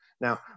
Now